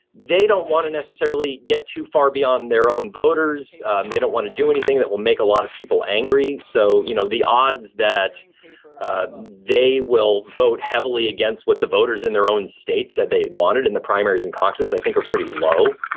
they don't want to necessarily get too far beyond their own voters. and they don't want to do anything that will make a lot of people angry. so, you know, the odds that ah they will vote heavily against what the voters in their own states said they wanted in the primaries and caucuses, i think are pretty low.